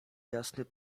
jasny